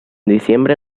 diciembre